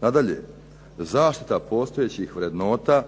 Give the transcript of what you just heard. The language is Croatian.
Nadalje, zaštita postojećih vrednota